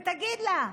ותגיד לה: